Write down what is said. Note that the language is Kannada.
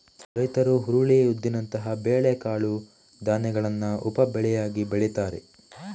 ರೈತರು ಹುರುಳಿ, ಉದ್ದಿನಂತಹ ಬೇಳೆ ಕಾಳು ಧಾನ್ಯಗಳನ್ನ ಉಪ ಬೆಳೆಯಾಗಿ ಬೆಳೀತಾರೆ